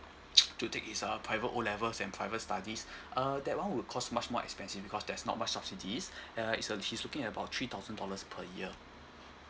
to take his uh private O levels and private studies uh that one would cost much more expensive because there is not much subsidies uh it's a she's looking at about three thousand dollars per year